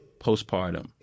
postpartum